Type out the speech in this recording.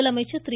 முதலமைச்சர் திரு